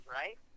right